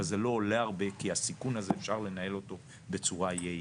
אבל זה לא עולה הרבה כי הסיכון הזה אפשר לנהל אותו בצורה יעילה.